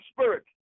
spirit